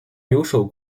留守